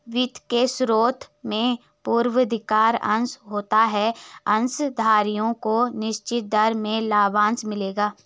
वित्त के स्रोत में पूर्वाधिकार अंश होता है अंशधारियों को निश्चित दर से लाभांश मिलेगा